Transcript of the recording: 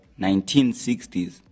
1960s